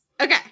Okay